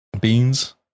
Beans